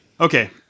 Okay